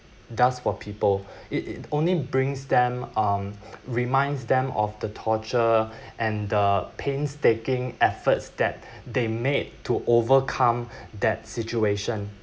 does for people it only brings them um reminds them of the torture and the painstaking efforts that they made to overcome that situation